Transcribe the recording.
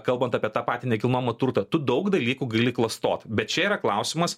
kalbant apie tą patį nekilnojamą turtą tu daug dalykų gali klastot bet čia yra klausimas